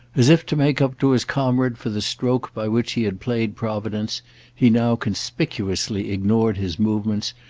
as if to make up to his comrade for the stroke by which he had played providence he now conspicuously ignored his movements,